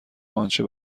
آنچه